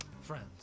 Friends